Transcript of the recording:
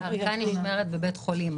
היום הערכה נשמרת בבית חולים.